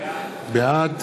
בעד